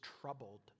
troubled